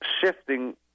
shifting